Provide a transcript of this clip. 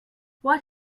what